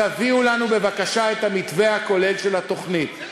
תביאו לנו בבקשה את המתווה הכולל של התוכנית,